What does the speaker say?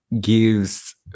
gives